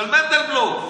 של מנדלבלוף,